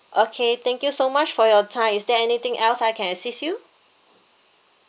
okay thank you so much for your time is there anything else I can assist you